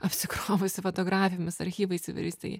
apsikrovusi fotografijomis archyvais įvairiais tai